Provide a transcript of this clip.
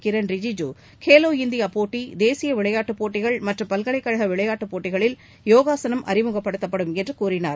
Kiran Rijiju Khelo India போட்டி தேசிய விளையாட்டுப் போட்டிகள் மற்றும் பல்கலைக்கழக விளையாட்டு போட்டிகளில் யோகாசனம் அறிமுகப்படுத்தப்படும் என்று கூறினார்